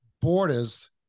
borders